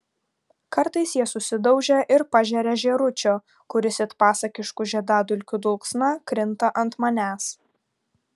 kartais jie susidaužia ir pažeria žėručio kuris it pasakiškų žiedadulkių dulksna krinta ant manęs